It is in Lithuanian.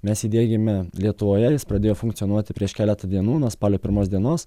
mes įdiegėme lietuvoje jis pradėjo funkcionuoti prieš keletą dienų nuo spalio pirmos dienos